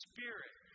Spirit